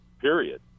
Period